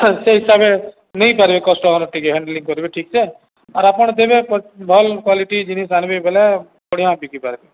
ସେଇ ହିସାବରେ ନେଇପାରିବେ କଷ୍ଟମର ଟିକେ ହ୍ୟାଣ୍ଡେଲିଂ କରିବେ ଠିକ୍ସେ ଆର୍ ଆପଣ ଦେବେ ଭଲ କ୍ୱାଲିଟି ଜିନିଷ ଆଣିବେ ବଲେ ବଢ଼ିଆ ବିକି ପାରିବେ